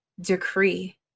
decree